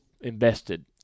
invested